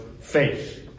faith